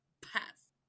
Pass